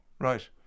Right